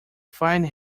find